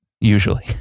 usually